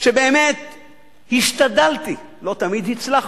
באמת השתדלתי, לא תמיד הצלחתי,